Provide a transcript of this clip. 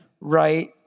right